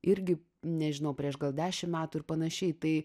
irgi nežinau prieš gal dešim metų ir panašiai tai